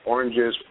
Oranges